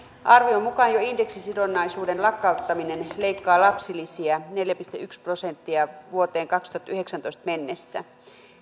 arvion mukaan jo indeksisidonnaisuuden lakkauttaminen leikkaa lapsilisiä neljä pilkku yksi prosenttia vuoteen kaksituhattayhdeksäntoista mennessä